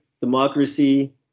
democracy